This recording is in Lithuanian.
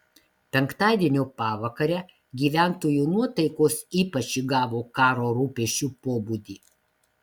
penktadienio pavakare gyventojų nuotaikos ypač įgavo karo rūpesčių pobūdį